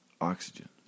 oxygen